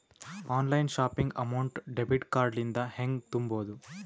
Online shopping amount debit card ಇಂದ ಹೆಂಗ್ ತುಂಬೊದು?